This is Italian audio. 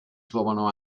trovano